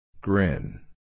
Grin